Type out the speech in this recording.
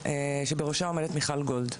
שבראשה עומדת מיכל גולד.